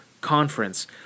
conference